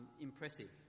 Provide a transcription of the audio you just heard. Impressive